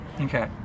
Okay